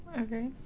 Okay